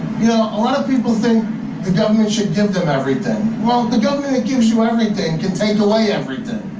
you know, a lot of people think the government should give them everything. well, the government that gives you everything, it can take away everything.